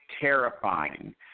terrifying